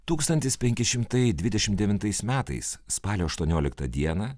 tūkstantis penki šimtai dvidešimt devintais metais spalio aštuonioliktą dieną